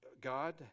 God